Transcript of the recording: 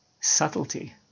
subtlety